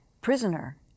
prisoner